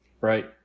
Right